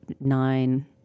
nine